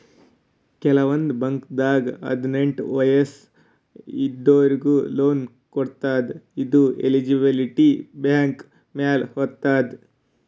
ಕೆಲವಂದ್ ಬಾಂಕ್ದಾಗ್ ಹದ್ನೆಂಟ್ ವಯಸ್ಸ್ ಇದ್ದೋರಿಗ್ನು ಲೋನ್ ಕೊಡ್ತದ್ ಇದು ಎಲಿಜಿಬಿಲಿಟಿ ಬ್ಯಾಂಕ್ ಮ್ಯಾಲ್ ಹೊತದ್